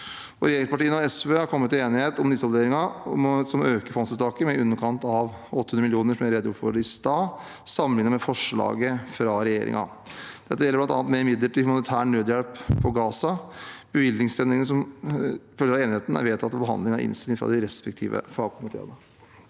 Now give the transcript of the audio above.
Regjeringspartiene og SV har kommet til enighet om nysalderingen, som øker fondsuttaket med i underkant av 800 mill. kr – som jeg redegjorde for i stad – sammenlignet med forslaget fra regjeringen. Dette gjelder bl.a. mer midler til humanitær nødhjelp på Gaza. Bevilgningsendringene som følger av enigheten, er vedtatt ved behandling av innstillingen fra de respektive fagkomiteene.